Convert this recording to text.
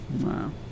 Wow